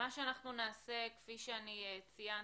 מה שאנחנו נעשה, כפי שאני ציינתי,